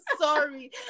sorry